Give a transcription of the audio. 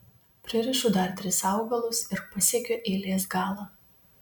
pririšu dar tris augalus ir pasiekiu eilės galą